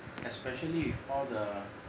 especially with all the